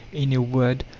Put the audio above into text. in a word,